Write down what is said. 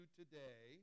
today